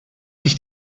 sich